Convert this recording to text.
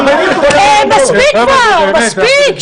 היא לא יכולה לענות --- מספיק כבר, מספיק.